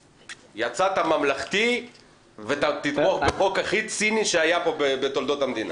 יצאת ממלכתי ותתמוך בחוק הכי ציני שהיה פה בתולדות המדינה.